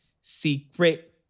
secret